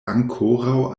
ankoraŭ